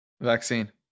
Vaccine